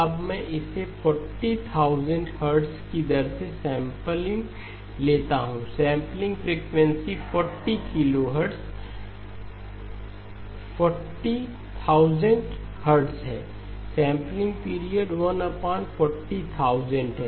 अब मैं इसे 40000 हर्ट्ज की दर से सैंपलिंग लेता हूं सैंपलिंग फ्रिकवेंसी 40 किलोहर्ट्ज़ 40000 हर्ट्ज़ है सेंपलिंग पीरियड 1 40000 है